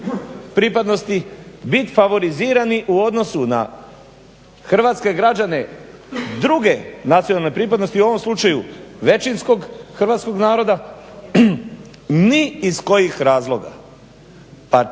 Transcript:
pripadnosti biti favorizirani u odnosu na hrvatske građane druge nacionalne pripadnosti u ovom slučaju većinskog hrvatskog naroda ni iz kojih razloga. Pa ne bi bilo